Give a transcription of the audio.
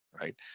right